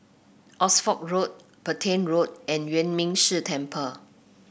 Oxford Road Petain Road and Yuan Ming Si Temple